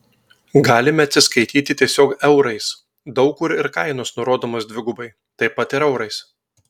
galime atsiskaityti tiesiog eurais daug kur ir kainos nurodomos dvigubai taip pat ir eurais